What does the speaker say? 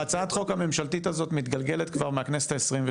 הצעת החוק הממשלתית הזאת מתגלגלת כבר מהכנסת ה-23,